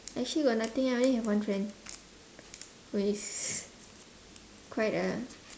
actually got nothing ah I only have one friend who is quite a